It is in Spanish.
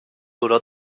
duró